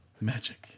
Magic